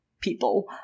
people